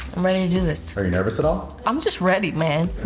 i'm ready to do this. are you nervous at all? i'm just ready, man,